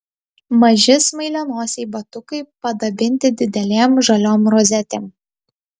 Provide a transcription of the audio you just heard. maži smailianosiai batukai padabinti didelėm žaliom rozetėm